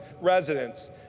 residents